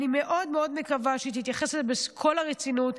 אני מאוד מאוד מקווה שהיא תתייחס בכל הרצינות,